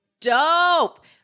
dope